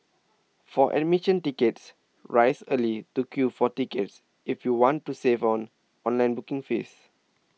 for admission tickets rise early to queue for tickets if you want to save on online booking fees